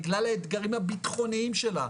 בגלל האתגרים הביטחוניים שלה.